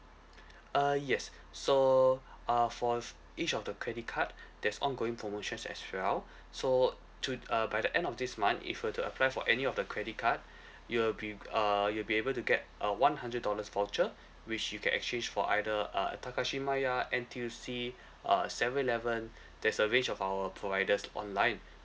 uh yes so uh for of each of the credit card there's ongoing promotions as well so to uh by the end of this month if you were to apply for any of the credit card you will be g~ uh you'll be able to get uh one hundred dollars voucher which you can exchange for either uh at Takashimaya N_T_U_C uh at seven eleven there's a range of our providers online